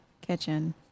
kitchen